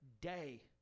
day